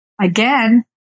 again